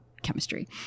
chemistry